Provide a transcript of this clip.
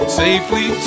safely